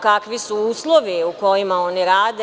Kakvi su uslovi u kojima oni rade?